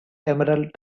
emerald